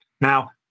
Now